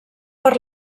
per